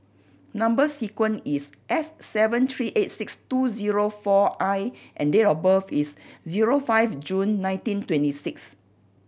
number sequence is S seven three eight six two zero four I and date of birth is zero five June nineteen twenty six